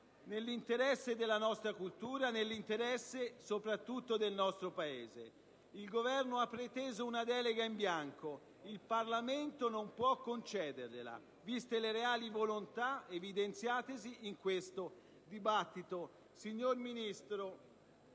nell'interesse della nostra cultura, nell'interesse soprattutto del nostro Paese. Il Governo ha preteso una delega in bianco. Il Parlamento non può concedergliela, viste le reali volontà evidenziatesi in questo dibattito. Signor Ministro,